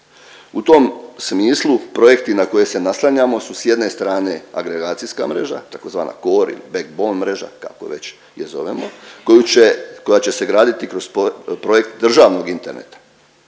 U tom smislu projekti na koje se naslanjamo su s jedne strane agregacijska mreža tzv. Core ili Backbone mreža kako već je zovemo, koju će, koja će se graditi kroz projekt državnog interneta